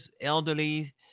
elderly